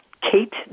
Kate